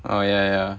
oh ya ya